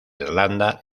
irlanda